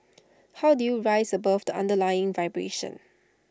how do you rise above the underlying vibration